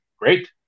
Great